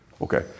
Okay